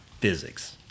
physics